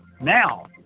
Now